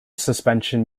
suspension